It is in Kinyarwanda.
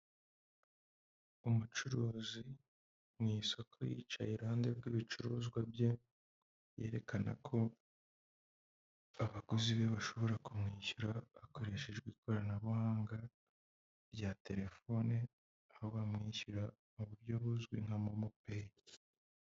Umucuruzi mu isoko, yicaye iruhande rw'ibicuruzwa bye, yerekana ko abaguzi be bashobora kumwishyura hakoreshejwe ikoranabuhanga rya telefone, aho bamwishyura mu buryo buzwi nka momo peyi.